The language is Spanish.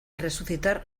resucitar